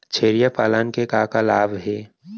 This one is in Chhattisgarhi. छेरिया पालन के का का लाभ हे?